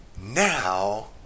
now